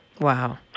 Wow